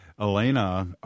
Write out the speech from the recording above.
Elena